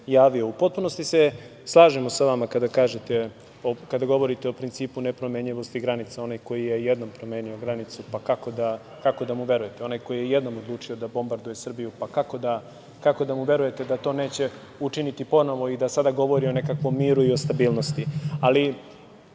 potpunosti se slažemo sa vama kada govorite o principu nepromenjivosti granica. Onaj koji je jednom promenio granicu, pa kako da mu verujete. Onaj koji je jednom odlučio da bombarduje Srbiju, pa kako da mu verujete da to neće učiniti ponovo i da sada govori o nekakvom miru i o stabilnosti. Ali,